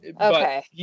Okay